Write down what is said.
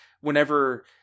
whenever